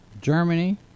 Germany